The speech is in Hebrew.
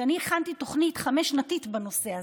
כי אני הכנתי תוכנית חמש-שנתית בנושא הזה.